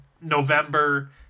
November